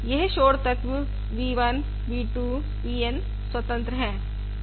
यह शोर तत्व v 1 v 2 v N स्वतंत्र है